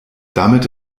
damit